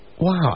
Wow